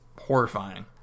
horrifying